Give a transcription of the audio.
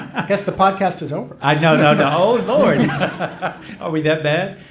i guess the podcast is over. i've no doubt. oh, lord are we that bad?